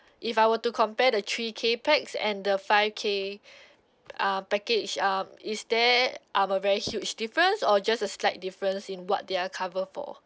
if I were to compare the three K packs and the five K uh package um is there um a very huge difference or just a slight difference in what they are cover for